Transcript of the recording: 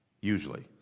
Usually